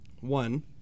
One